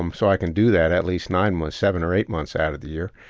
um so i can do that at least nine months, seven or eight months out of the year.